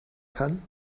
kann